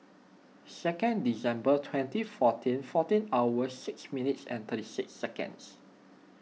second December twenty fourteen fourteen hour six minutes and thirty six seconds